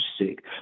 sick